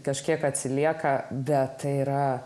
kažkiek atsilieka bet yra